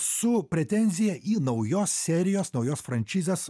su pretenzija į naujos serijos naujos frančizės